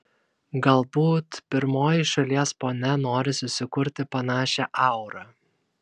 galbūt pirmoji šalies ponia nori susikurti panašią aurą